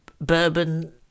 bourbon